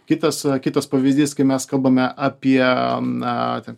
kitas kitas pavyzdys kai mes kalbame apie na ten